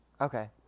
okay